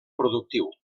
productiu